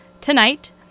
Tonight